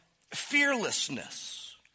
fearlessness